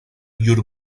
llur